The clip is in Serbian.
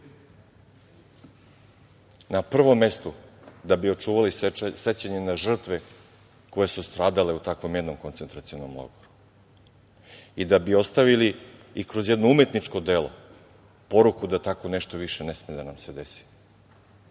Na prvom mestu da bi očuvali sećanja na žrtve koje su stradale u takvom jednom koncentracionom logoru i da bi ostavili i kroz jedno umetničko delo poruku da tako nešto više ne sme da nam se desi.